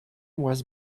was